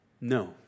No